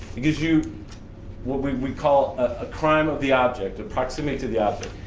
it gives you what we we call a crime of the object, a proximity to the object.